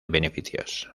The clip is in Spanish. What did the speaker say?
beneficios